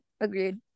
agreed